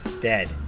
dead